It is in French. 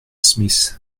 smith